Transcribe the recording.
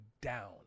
down